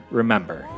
remember